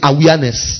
Awareness